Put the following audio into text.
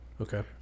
Okay